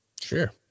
Sure